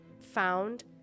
found